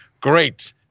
great